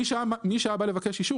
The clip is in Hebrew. מי שהיה בא לבקש אישור,